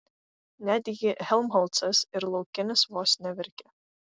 netgi helmholcas ir laukinis vos neverkė